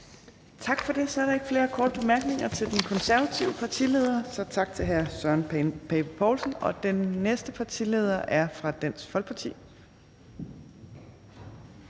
Tak for det. Så er der ikke flere korte bemærkninger til den konservative partileder, så tak til hr. Søren Pape Poulsen. Den næste partileder er fra Dansk Folkeparti.